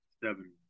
Seven